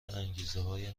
انگیزههای